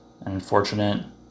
unfortunate